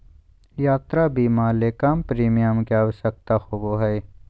यात्रा बीमा ले कम प्रीमियम के आवश्यकता होबो हइ